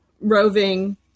roving